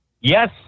Yes